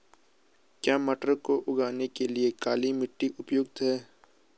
क्या मटर को उगाने के लिए काली मिट्टी उपयुक्त है?